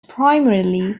primarily